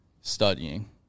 studying